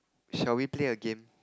shall we play a game